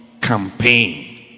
Campaign